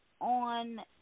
on